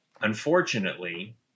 Unfortunately